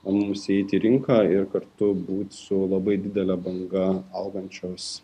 mums įeiti į rinką ir kartu būti su labai didele banga augančios